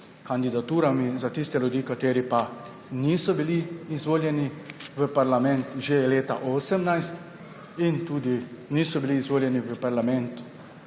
kandidaturami za tiste ljudi, ki niso bili izvoljeni v parlament že leta 2018 in tudi niso bili izvoljeni v parlament